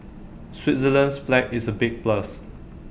Switzerland's flag is A big plus